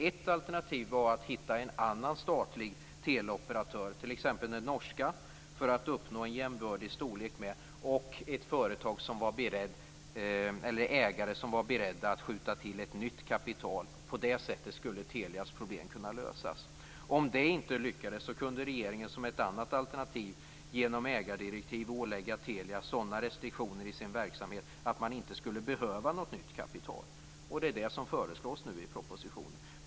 Ett alternativ är att hitta en annan statlig teleoperatör, t.ex. den norska, för att uppnå en jämbördig storlek och en ägare som är beredd att skjuta till nytt kapital. På det sättet skulle Telias problem kunna lösas. Om det inte lyckades kunde regeringen som ett annat alternativ genom ägardirektiv ålägga Telia sådana restriktioner i dess verksamhet att man inte skulle behöva något nytt kapital. Det är det som nu föreslås i propositionen.